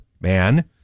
man